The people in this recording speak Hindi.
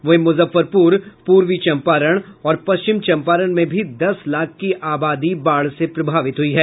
वहीं मुजफ्फरपुर पूर्वी चम्पारण और पश्चिम चम्पारण में भी दस लाख की आबादी बाढ़ से प्रभावित हुई है